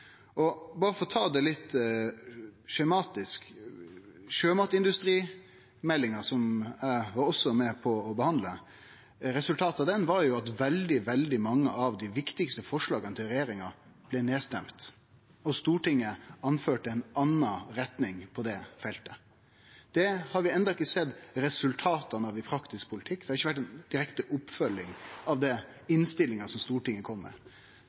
Berre for å ta det litt skjematisk: Resultatet av sjømatindustrimeldinga, som eg òg var med på å behandle, var at veldig mange av dei viktigaste forslaga til regjeringa blei nedstemde, Stortinget ville ha ei anna retning på det feltet. Det har vi enno ikkje sett resultat av i praktisk politikk. Det har ikkje vore noka direkte oppfølging av den innstillinga som Stortinget kom med.